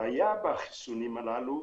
הבעיה בחיסונים הללו,